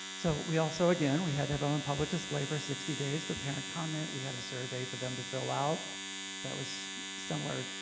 so we also again we had have on on public display for sixty days for parent comment, we had a survey for them to fill out that was similar,